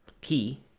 key